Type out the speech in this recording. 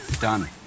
Done